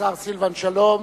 השר סילבן שלום.